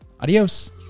Adios